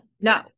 no